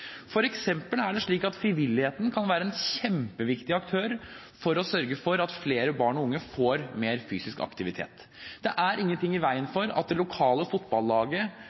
eksempel er det slik at frivilligheten kan være en kjempeviktig aktør for å sørge for at flere barn og unge får mer fysisk aktivitet. Det er ingenting i veien for at det lokale